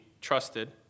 trusted